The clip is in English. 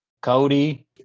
Cody